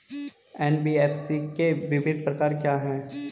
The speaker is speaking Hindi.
एन.बी.एफ.सी के विभिन्न प्रकार क्या हैं?